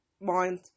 mind